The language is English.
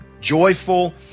joyful